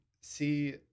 see